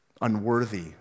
unworthy